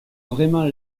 vraiment